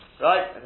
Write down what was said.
right